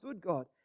God